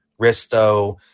Risto